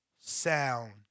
sound